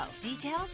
Details